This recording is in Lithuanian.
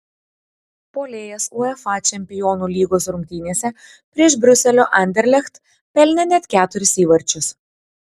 puolėjas uefa čempionų lygos rungtynėse prieš briuselio anderlecht pelnė net keturis įvarčius